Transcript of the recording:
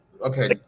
Okay